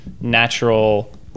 natural